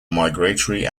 migratory